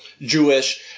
Jewish